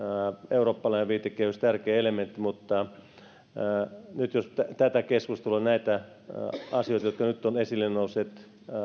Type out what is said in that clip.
eurooppalainen viitekehys on tärkeä elementti mutta jos nyt tätä keskustelua näitä asioita jotka nyt ovat esille nousseet